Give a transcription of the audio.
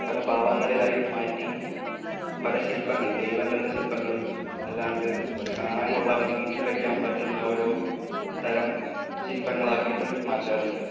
പല ഭാവങ്ങളിലായി മാറ്റി പല ശില്പ്പങ്ങള് ദൈവങ്ങളുടെ ശില്പ്പങ്ങളും അല്ലാണ്ട് കാണാന് കൊള്ളാവുന്ന വീട്ടില് വയ്ക്കാന് പറ്റുന്ന ഓരോ തരം ശില്പ്പങ്ങളാക്കിയിട്ടും മാറ്റാറുണ്ട്